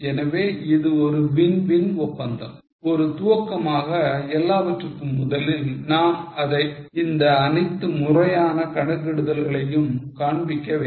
எனவே இது ஒரு win win ஒப்பந்தம் ஒரு துவக்கமாக எல்லாவற்றுக்கும் முதலில் நாம் இந்த அனைத்து முறையான கணக்கிடுதல்களையும் காண்பிக்க வேண்டும்